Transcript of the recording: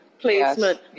placement